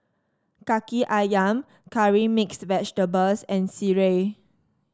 kaki ayam Curry Mixed Vegetable and sireh